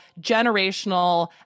generational